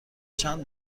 چند